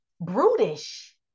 brutish